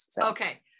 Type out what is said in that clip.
okay